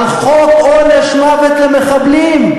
על חוק עונש מוות למחבלים.